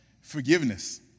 forgiveness